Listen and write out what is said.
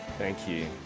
thank you.